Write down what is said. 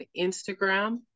Instagram